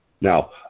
Now